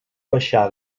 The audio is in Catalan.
baixar